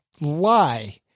lie